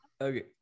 Okay